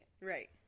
Right